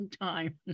time